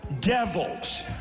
devils